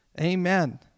Amen